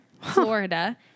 Florida